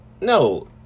no